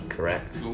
Correct